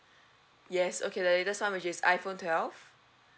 yes okay the latest [one] which is iphone twelve